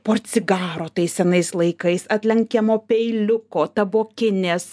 portcigaro tais senais laikais atlenkiamo peiliuko tabokinės